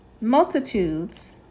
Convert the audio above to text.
multitudes